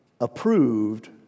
Approved